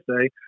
say